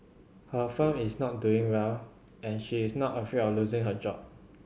her firm is not doing well and she is not afraid of losing her job